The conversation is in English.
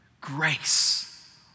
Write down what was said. grace